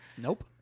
Nope